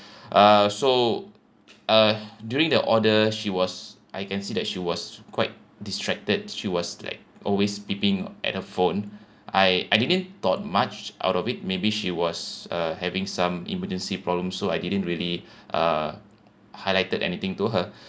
uh so uh during the order she was I can see that she was quite distracted she was like always peeping at her phone I I didn't thought much out of it maybe she was uh having some emergency problem so I didn't really uh highlighted anything to her